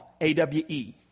A-W-E